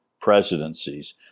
presidencies